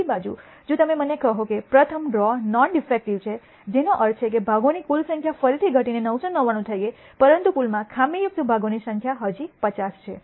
બીજી બાજુ જો તમે મને કહો કે પ્રથમ ડ્રો નોન ડિફેકટીવ છે જેનો અર્થ છે ભાગોની કુલ સંખ્યા ફરી ઘટીને 999 થઈ ગઈ પરંતુ પૂલમાં ખામીયુક્ત ભાગોની સંખ્યા હજી 50 છે